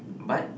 but